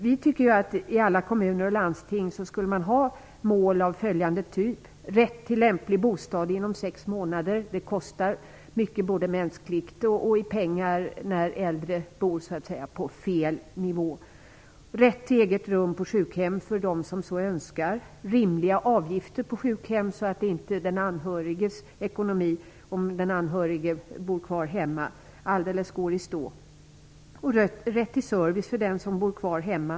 Vi tycker att man skulle ha mål av följande typ i alla kommuner och landsting: Äldre skulle ha rätt till lämplig bostad inom sex månader. Det kostar mycket, både mänskligt och i pengar, när äldre bor så att säga på fel nivå. Det skulle finnas rätt till eget rum på sjukhem för dem som så önskar. Det skulle vara rimliga avgifter på sjukhem, så att inte den anhöriges ekonomi alldeles går i stå om den anhörige bor kvar hemma. Det skulle finnas rätt till service för den som bor kvar hemma.